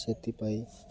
ସେଥିପାଇଁ